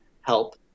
help